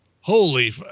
Holy